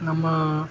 ನಮ್ಮ